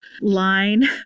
line